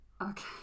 Okay